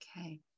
Okay